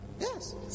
Yes